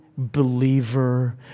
believer